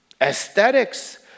aesthetics